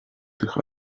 tych